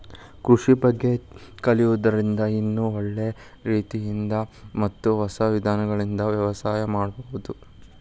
ಕೃಷಿ ಬಗ್ಗೆ ಕಲಿಯೋದ್ರಿಂದ ಇನ್ನೂ ಒಳ್ಳೆ ರೇತಿಯಿಂದ ಮತ್ತ ಹೊಸ ವಿಧಾನಗಳಿಂದ ವ್ಯವಸಾಯ ಮಾಡ್ಬಹುದು